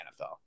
NFL